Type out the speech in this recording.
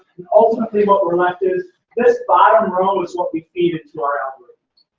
ultimately what we're left is this bottom row is what we feed into our algorithms.